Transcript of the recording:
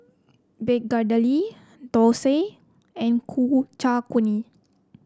begedil dosa and Ku Chai Kuih